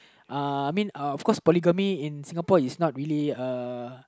uh I mean uh of course polygamy in Singapore is not really a